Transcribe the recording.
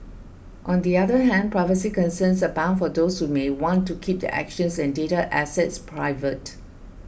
on the other hand privacy concerns abound for those who may want to keep their actions and data assets private